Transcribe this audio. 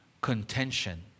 contention